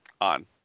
on